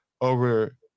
over